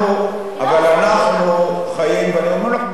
אבל אנחנו חיים, ואני אומר לך, במציאות,